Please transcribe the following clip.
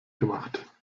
gemacht